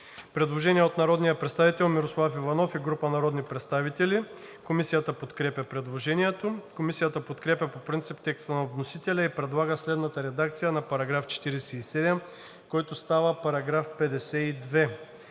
Предложение от народния представител Мирослав Иванов и група народни представители. Комисията подкрепя по принцип предложението. Комисията подкрепя по принцип текста на вносителя и предлага следната редакция на § 51, който става § 56: „§ 56.